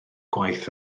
gwaith